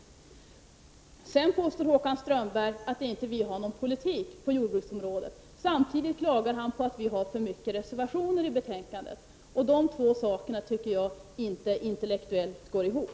Håkan Strömberg påstår också att vi inte har någon politik på jordbruks området. Samtidigt klagar han på att vi har för många reservationer till betänkandet. De två sakerna tycker jag inte intellektuellt går ihop.